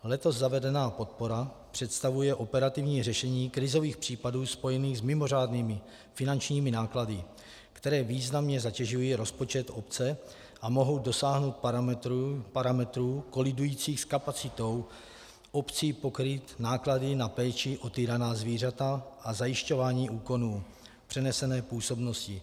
Letos zavedená podpora představuje operativní řešení krizových případů spojených s mimořádnými finančními náklady, které významně zatěžují rozpočet obce a mohou dosáhnout parametrů kolidujících s kapacitou obcí pokrýt náklady na péči o týraná zvířata a zajišťování úkonů přenesené působnosti.